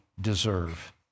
deserve